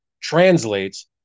translates